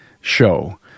show